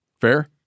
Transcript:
Fair